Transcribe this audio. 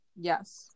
Yes